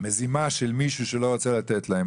מזימה של מישהו שלא רוצה לתת להם.